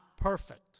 perfect